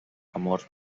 amor